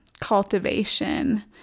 cultivation